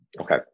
Okay